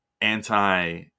anti